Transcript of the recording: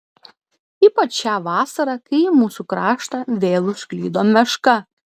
ypač šią vasarą kai į mūsų kraštą vėl užklydo meška